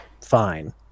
fine